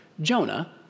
Jonah